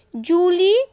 Julie